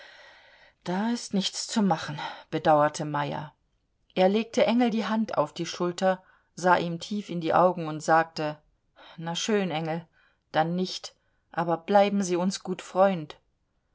da ist nichts zu machen bedauerte meyer er legte engel die hand auf die schulter sah ihm tief in die augen und sagte na schön engel dann nicht aber bleiben sie uns gut freund